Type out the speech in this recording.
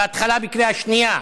בהתחלה בקריאה שנייה,